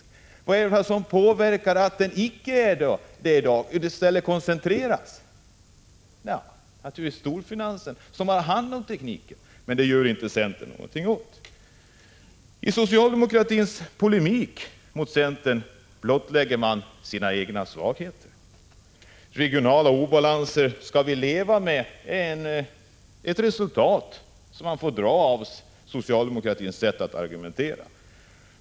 Men vad är det som påverkar den så att den inte i stället koncentreras? Det är ju storfinansen som har hand om datatekniken, men det gör inte centern någonting åt. I socialdemokratins polemik mot centern blottlägger man sina egna svagheter. En slutsats av socialdemokratins sätt att argumentera är att regionala obalanser är någonting som vi får leva med.